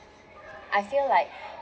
I feel like